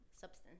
substance